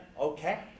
okay